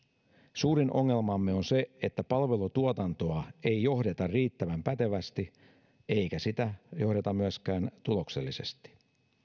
suurin ongelmamme on se että palvelutuotantoa ei johdeta riittävän pätevästi eikä sitä johdeta myöskään tuloksellisesti